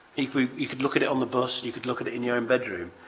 you could you could look at it on the bus. you could look at it in your own bedroom.